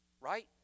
right